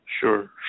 Sure